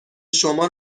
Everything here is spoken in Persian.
شما